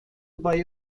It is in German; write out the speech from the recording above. bei